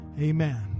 Amen